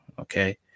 okay